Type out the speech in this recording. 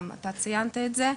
גם אתה ציינת את זה.